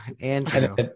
Andrew